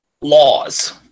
laws